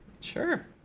Sure